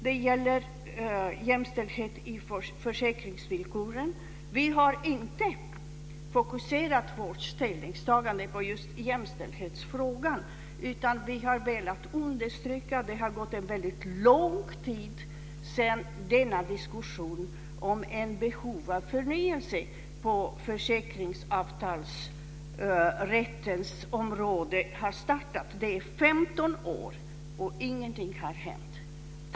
Det gäller jämställdhet i försäkringsvillkoren. Vi har inte fokuserat vårt ställningstagande på just jämställdhetsfrågan, utan vi har velat understryka att det har gått en väldigt lång tid sedan diskussionen om ett behov av förnyelse på försäkringsavtalsrättens område startade. Det har gått 15 år och ingenting har hänt.